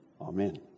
Amen